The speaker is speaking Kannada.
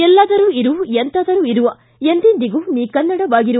ಎಲ್ಲಾದರೂ ಇರು ಎಂತಾದರೂ ಇರು ಎಂದೆಂದಿಗೂ ನೀ ಕನ್ನಡವಾಗಿರು